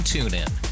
TuneIn